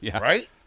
right